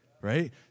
Right